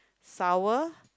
sour